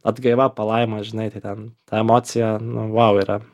atgaiva palaima žinai tai ten ta emocija nu vau yra